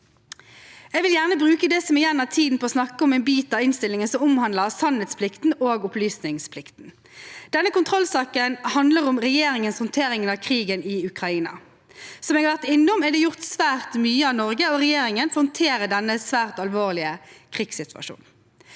Jeg vil gjerne bruke det som er igjen av tiden, til å snakke om en del av innstillingen som omhandler sannhetsplikten og opplysningsplikten. Denne kontrollsaken handler om regjeringens håndtering av krigen i Ukraina. Som jeg har vært innom, er det gjort svært mye av Norge, og regjeringen håndterer denne svært alvorlige krigssituasjonen.